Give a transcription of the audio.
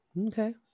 Okay